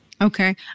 Okay